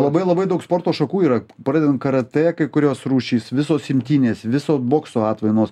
labai labai daug sporto šakų yra pradedant karatė kai kurios rūšys visos imtynės visos bokso atmainos